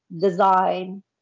design